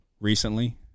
recently